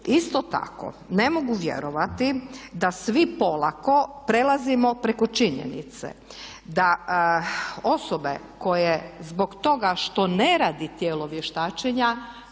isto tako ne mogu vjerovati da svi polako prelazimo preko činjenice da osobe koje zbog toga što ne radi tijelo vještačenja